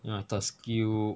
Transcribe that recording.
you know have the skill